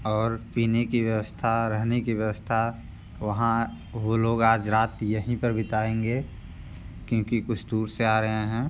और पीने की व्यवस्था रहने की व्यवस्था वहाँ वो लोग आज रात यहीं पर बिताएँगे क्योंकि कुछ दूर से आ रहे हैं